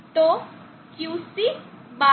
તો QcE